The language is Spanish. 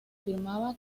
firmaba